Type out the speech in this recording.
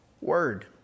word